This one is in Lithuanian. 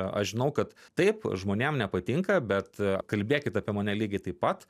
aš žinau kad taip žmonėms nepatinka bet kalbėkit apie mane lygiai taip pat